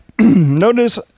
notice